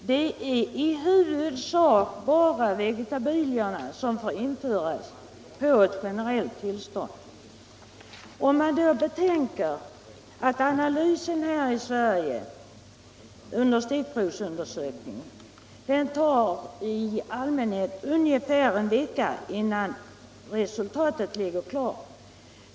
Det är i huvudsak bara vegetabilierna som får införas enligt generellt tillstånd. Efter analys här i Sverige vid stickprovsundersökning tar det i allmänhet ungefär en vecka innan resultatet är klart.